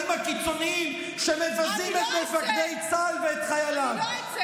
הקיצוניים שמבזים את מפקדי צה"ל ואת חייליו.